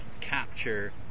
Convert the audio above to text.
capture